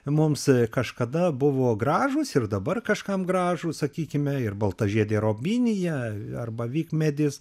mums kažkada buvo gražūs ir dabar kažkam gražūs sakykime ir baltažiedė robinija arba vikmedis